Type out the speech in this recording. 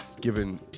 given